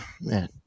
man